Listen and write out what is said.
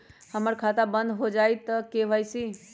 हमर खाता बंद होजाई न हुई त के.वाई.सी?